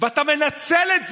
אתה מנצל את זה,